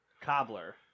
Cobbler